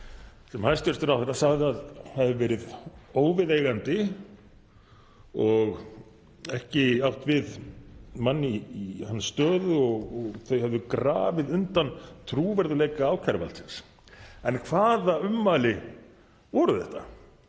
sem hæstv. ráðherra sagði að hefðu verið óviðeigandi og ekki átt við mann í hans stöðu og þau hafi grafið undan trúverðugleika ákæruvaldsins. En hvaða ummæli voru þetta?